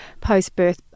postbirth